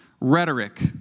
rhetoric